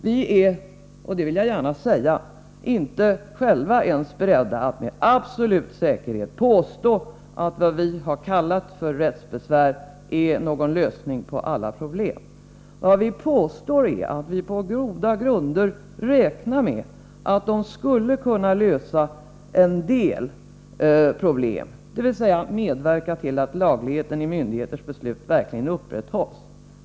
Vi är, och det vill jag gärna säga, inte ens själva beredda att med absolut säkerhet påstå att det vi har kallat för rättsbesvär är någon lösning på alla problem. Det vi påstår är att vi på goda grunder räknar med att de skall kunna lösa en del problem, dvs. medverka till att lagligheten i myndigheters beslut verkligen upprätthålls.